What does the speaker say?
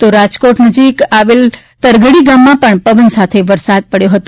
તો રાજકોટ નજીક આવેલ તરઘડી ગામમાં પણ પવન સાથે વરસાદ પડ્યો હતો